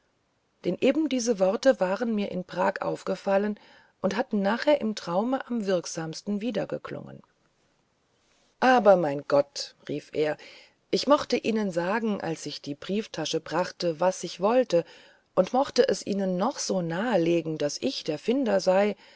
denn eben diese worte waren mir in prag aufgefallen und hatten nachher im traume am wirksamsten wiedergeklungen aber mein gott rief er ich mochte ihnen sagen als ich die brieftasche brachte was ich wollte und mochte es ihnen noch so nahe legen daß ich der finder sei